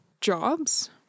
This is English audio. jobs